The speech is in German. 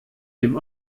dem